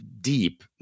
deep